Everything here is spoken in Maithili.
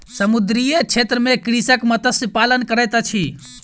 समुद्रीय क्षेत्र में कृषक मत्स्य पालन करैत अछि